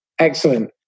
Excellent